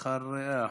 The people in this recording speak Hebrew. אחריה,